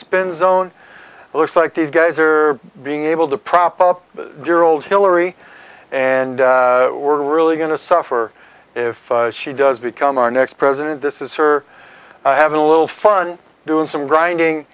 spin zone looks like these guys are being able to prop up the old hillary and we're really going to suffer if she does become our next president this is her having a little fun doing some grinding